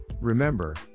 Remember